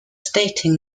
stating